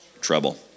trouble